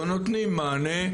או נותנים מענה,